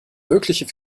mögliche